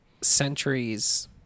centuries